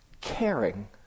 caring